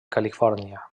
califòrnia